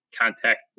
contact